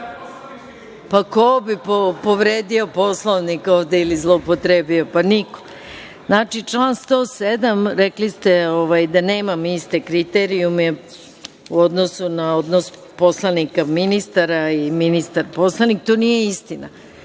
bi povredio Poslovnik ovde ili zloupotrebio? Niko. Znači, član 107. Rekli ste da nemam iste kriterijume u odnosu na odnos poslanika – ministara i ministar – poslanik. To nije istina.